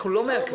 אנחנו לא מעכבים.